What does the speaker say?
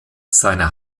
seine